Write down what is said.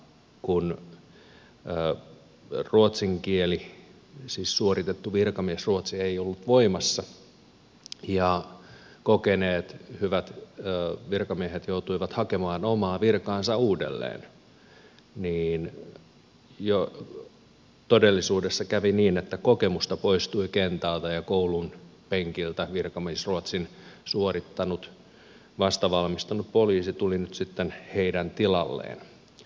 ja kun ruotsin kieli siis suoritettu virkamiesruotsi ei ollut voimassa ja kokeneet hyvät virkamiehet joutuivat hakemaan omaa virkaansa uudelleen niin todellisuudessa kävi niin että kokemusta poistui kentältä ja koulunpenkiltä virkamiesruotsin suorittanut vastavalmistunut poliisi tuli nyt sitten heidän tilalleen